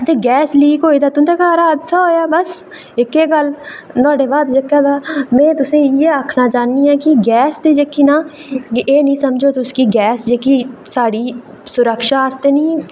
ते gas leak होई ते तुं'दे घर हादसा होआ बस इक एह् गल्ल ते नुहाड़े बाद जेह्का तां में तुसेंगी इ'यै आखना चाह्न्नी आं गैस जेह्की तां एह् निं समझो कि गैस जेह्की साढ़ी सुरक्षा आस्तै निं